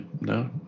no